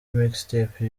mixtape